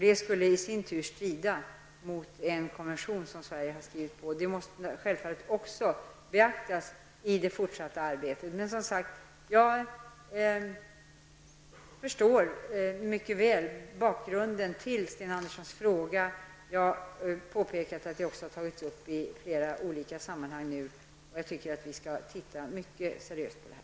Detta skulle i sin tur strida mot en konvention som Sverige har skrivit på. Detta måste självfallet också beaktas i det fortsatta arbetet. Men jag förstår, som sagt, mycket väl bakgrunden till Sten Anderssons i Malmö fråga. Jag har påpekat att detta också har tagits upp i flera olika sammanhang, och jag tycker att vi skall se mycket seriöst på detta.